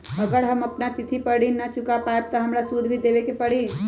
अगर हम अपना तिथि पर ऋण न चुका पायेबे त हमरा सूद भी देबे के परि?